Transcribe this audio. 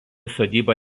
sodyba